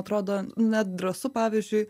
atrodo nedrąsu pavyzdžiui